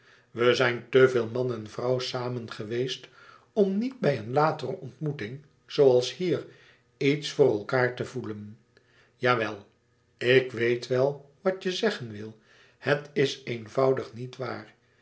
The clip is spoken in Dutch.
wij zijn te veel man en vrouw samen geweest om niet bij een latere ontmoeting zooals hier iets voor elkaâr te voelen jawel ik weet wel wat je zeggen wil het is eenvoudig niet waar